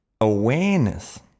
awareness